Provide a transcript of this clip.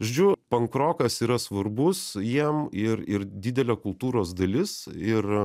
žodžiu pankrokas yra svarbus jiem ir ir didelė kultūros dalis ir